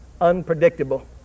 unpredictable